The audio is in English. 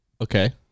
Okay